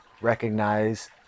recognize